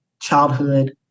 childhood